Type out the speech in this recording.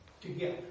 together